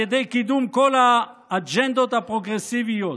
בקידום כל האג'נדות הפרוגרסיביות